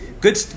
Good